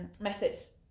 methods